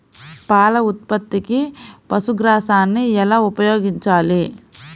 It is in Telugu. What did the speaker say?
పాల ఉత్పత్తికి పశుగ్రాసాన్ని ఎలా ఉపయోగించాలి?